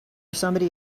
somebody